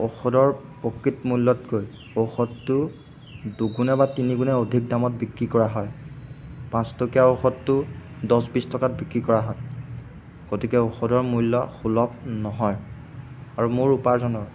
ঔষধৰ প্ৰকৃত মূল্যতকৈ ঔষধটো দুগুণে বা তিনিগুণে অধিক দামত বিক্ৰী কৰা হয় পাঁচটকীয়া ঔষধটো দহ বিছ টকাত বিক্ৰী কৰা হয় গতিকে ঔষধৰ মূল্য সুলভ নহয় আৰু মোৰ উপাৰ্জনৰ